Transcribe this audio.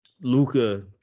Luca